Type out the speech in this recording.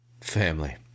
Family